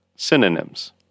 Synonyms